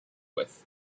with